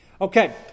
Okay